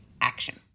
action